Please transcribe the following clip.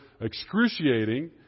excruciating